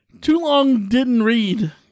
too-long-didn't-read